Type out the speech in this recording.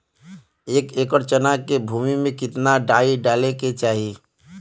एक एकड़ चना के भूमि में कितना डाई डाले के चाही?